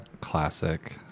Classic